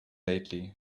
lately